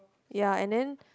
ya and then